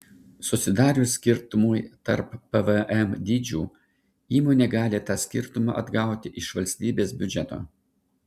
susidarius skirtumui tarp pvm dydžių įmonė gali tą skirtumą atgauti iš valstybės biudžeto